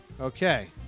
Okay